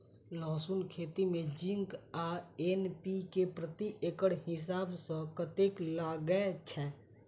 लहसून खेती मे जिंक आ एन.पी.के प्रति एकड़ हिसाब सँ कतेक लागै छै?